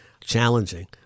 challenging